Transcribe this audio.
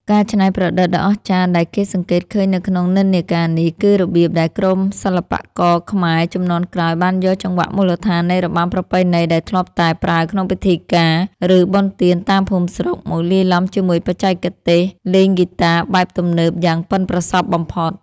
ការច្នៃប្រឌិតដ៏អស្ចារ្យដែលគេសង្កេតឃើញនៅក្នុងនិន្នាការនេះ គឺរបៀបដែលក្រុមសិល្បករខ្មែរជំនាន់ក្រោយបានយកចង្វាក់មូលដ្ឋាននៃរបាំប្រពៃណីដែលធ្លាប់តែប្រើក្នុងពិធីការ ឬបុណ្យទានតាមភូមិស្រុក មកលាយឡំជាមួយបច្ចេកទេសលេងហ្គីតាបែបទំនើបយ៉ាងប៉ិនប្រសប់បំផុត។